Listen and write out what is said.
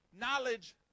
Knowledge